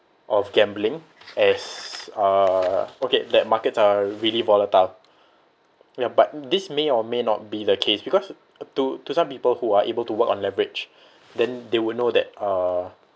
of gambling as uh okay that markets are really volatile ya but this may or may not be the case because to to some people who are able to work on leverage then they would know that uh